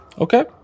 Okay